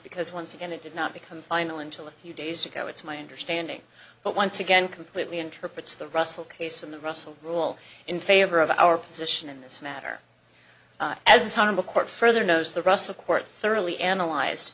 because once again it did not become final until a few days ago it's my understanding but once again completely interprets the russell case in the russell rule in favor of our position in this matter as one of a court further knows the russell court thoroughly analyzed